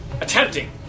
attempting